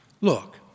Look